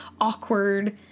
awkward